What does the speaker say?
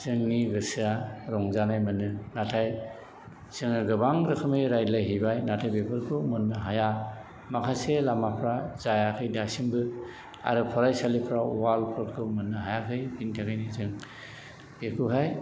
जोंनि गोसोआ रंजानाय मोनो नाथाय जोङो गोबां रोखोमनि रायलायहैबाय नाथाय बेफोरखौ मोननो हाया माखासे लामाफ्रा जायाखै दासिमबो आरो फरायसालिफ्राव वालफोरखौ मोननो हायाखै बिनि थाखायनो जों बेखौहाय